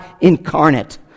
incarnate